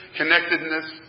connectedness